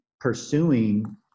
pursuing